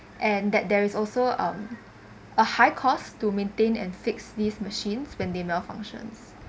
and that there is also um a high cost to maintain and fix these machines when they malfunctions